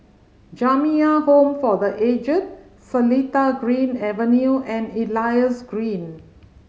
Jamiyah Home for The Aged Seletar Green Avenue and Elias Green